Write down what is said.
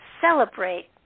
celebrate